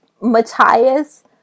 Matthias